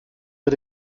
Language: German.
mit